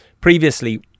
previously